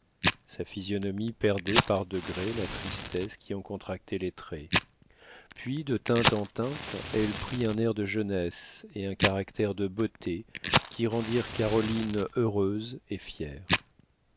sa physionomie perdait par degrés la tristesse qui en contractait les traits puis de teinte en teinte elle prit un air de jeunesse et un caractère de beauté qui rendirent caroline heureuse et fière